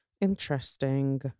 Interesting